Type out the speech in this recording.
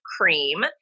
cream